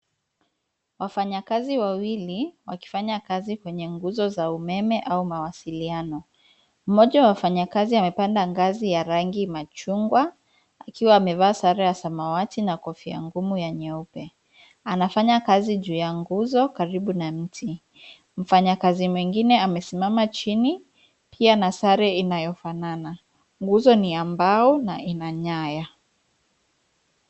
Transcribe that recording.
Wafanyakazi wawili wakifanya kazi kwenye nguzo za umeme au mawasiliano. Mmoja wa wafanyakazi amepanda ngazi ya rangi machungwa, akiwa amevaa sara ya samawati na kofia ngumu ya nyeupe. Anafanya kazi juu ya nguzo karibu na mti. Mfanyakazi mwingine amesimama chini pia na sare inayofanana .Nguzo ni ya mbao na ina nyaya.